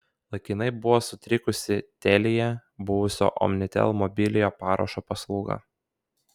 laikinai buvo sutrikusi telia buvusio omnitel mobiliojo parašo paslauga